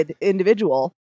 individual